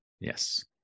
Yes